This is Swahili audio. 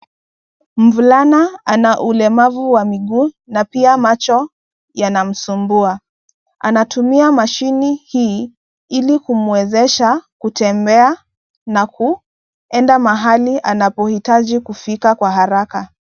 Mvulana ana ulemavu wa miguu na pia macho yanamsumbua. Anatumia mashine hii ili kumuwezesha kutembea na kuenda mahali anapohitaji kufika kwa haraka.